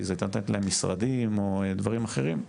הייתה נותנת להם משרדים או דברים אחרים.